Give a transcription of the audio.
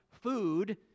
food